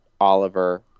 Oliver